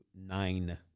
Nine